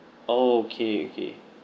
oh okay okay